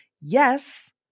yes